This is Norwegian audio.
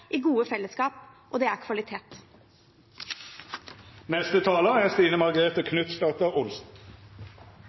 i gode fellesskap. Og det er kvalitet. En god barnehage- og utdanningssektor er